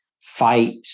fight